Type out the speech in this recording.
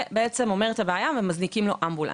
ואומר את הבעיה, מזניקים לו אמבולנס.